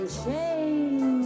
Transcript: shame